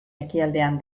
ekialdean